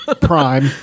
Prime